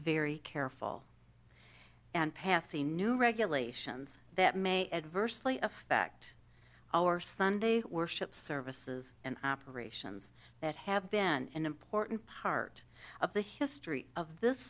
very careful and passing new regulations that may adversely affect our sunday worship services and operations that have been an important part of the history of this